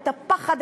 את הפחד,